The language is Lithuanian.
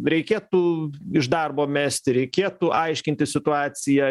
reikėtų iš darbo mesti reikėtų aiškintis situacija